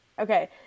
Okay